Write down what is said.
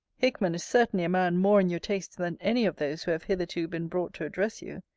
hickman is certainly a man more in your taste than any of those who have hitherto been brought to address you.